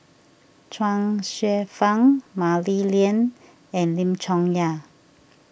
Chuang Hsueh Fang Mah Li Lian and Lim Chong Yah